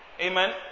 Amen